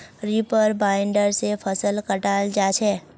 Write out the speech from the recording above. reaper binder से फसल कटाल जा छ